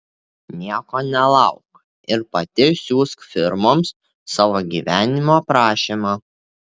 nieko nelauk ir pati siųsk firmoms savo gyvenimo aprašymą